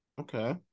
Okay